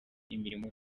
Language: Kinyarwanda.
imirimo